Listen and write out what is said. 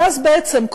ואז בעצם,